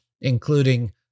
including